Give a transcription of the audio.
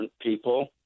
people